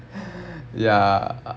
ya